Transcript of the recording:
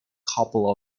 couple